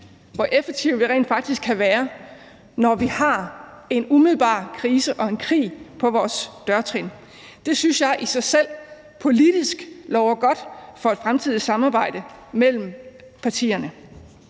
hvor effektive vi rent faktisk kan være, når vi har en umiddelbar krise og en krig på vores dørtrin. Det synes jeg i sig selv politisk lover godt for et fremtidigt samarbejde mellem partierne.